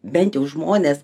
bent jau žmonės